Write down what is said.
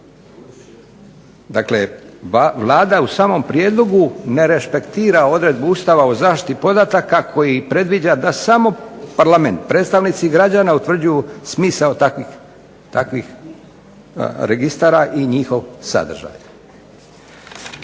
Dakle Vlada u samom prijedlogu ne respektira odredbu Ustava o zaštiti podataka, koji predviđa da samo Parlament, predstavnici građana, utvrđuju smisao takvih registara i njihov sadržaj.